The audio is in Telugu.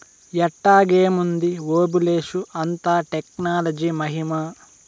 ఎట్టాగేముంది ఓబులేషు, అంతా టెక్నాలజీ మహిమా